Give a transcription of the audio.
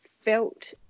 felt